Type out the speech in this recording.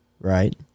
right